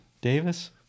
Davis